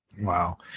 Wow